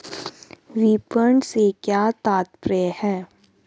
विपणन से क्या तात्पर्य है?